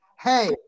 Hey